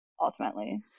Ultimately